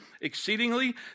exceedingly